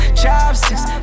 chopsticks